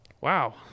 Wow